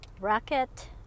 Rocket